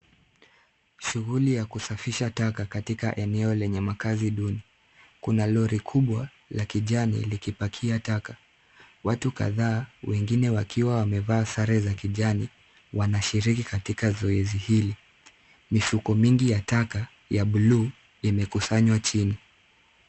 Sgughuli ya kusafisha taka katika eneo lenye makazi duni. Kuna lori kubwa la kijani likipakia taka. Watu kadhaa wengine wakiwa wamevaa sare za kijani wanashiriki katika zoei hili. Mifuko mingi ya taka ya buluu imekusanywa chini.